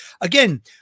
again